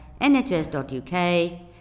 nhs.uk